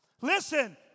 Listen